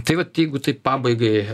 tai vat jeigu taip pabaigai